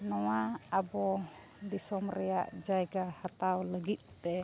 ᱱᱚᱣᱟ ᱟᱵᱚ ᱫᱤᱥᱚᱢ ᱨᱮᱭᱟᱜ ᱡᱟᱭᱜᱟ ᱦᱟᱛᱟᱣ ᱞᱟᱹᱜᱤᱫ ᱛᱮ